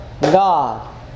God